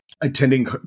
attending